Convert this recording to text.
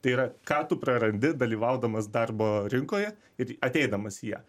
tai yra ką tu prarandi dalyvaudamas darbo rinkoje ir ateidamas į ją